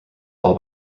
all